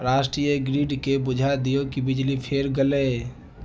राष्ट्रीय ग्रीडकेँ बुझा दियौ कि बिजली फेर गेलै